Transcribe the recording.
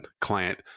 client